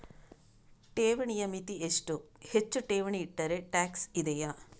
ಠೇವಣಿಯ ಮಿತಿ ಎಷ್ಟು, ಹೆಚ್ಚು ಠೇವಣಿ ಇಟ್ಟರೆ ಟ್ಯಾಕ್ಸ್ ಇದೆಯಾ?